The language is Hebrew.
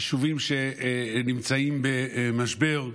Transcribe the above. יישובים שנמצאים במשבר,